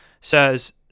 says